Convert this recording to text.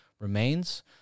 remains